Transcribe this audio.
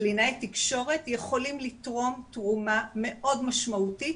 קלינאי תקשורת יכולים לתרום תרומה מאוד משמעותית